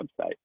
website